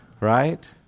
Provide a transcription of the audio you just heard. Right